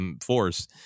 force